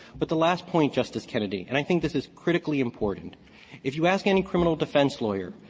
but the last point, justice kennedy and i think this is critically important if you ask any criminal defense lawyer,